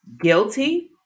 guilty